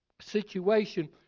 situation